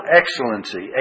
excellency